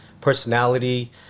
personality